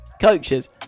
Coaches